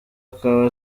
akaba